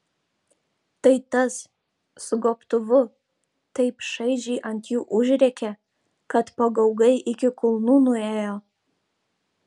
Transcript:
tai tas su gobtuvu taip šaižiai ant jų užrėkė kad pagaugai iki kulnų nuėjo